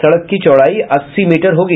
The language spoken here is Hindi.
सड़क की चौड़ाई अस्सी मीटर होगी